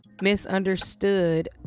misunderstood